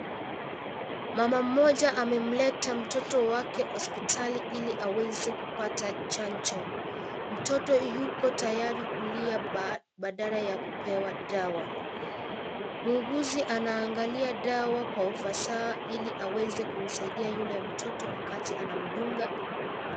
Mama mmoja amemleta mtoto wake hospitali ili aweze kupata chanjo. Mtoto yuko tayari kulia badala ya kupewa dawa. Muuguzi anaangalia dawa kwa ufasaha ili aweze kumsaidia yule mtoto wakati anamdunga.